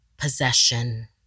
Possession